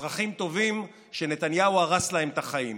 אזרחים טובים שנתניהו הרס להם את החיים.